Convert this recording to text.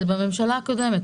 זה בממשלה הקודמת.